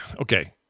okay